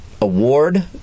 award